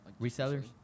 Resellers